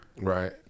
Right